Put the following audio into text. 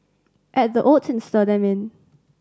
add the oats and stir them in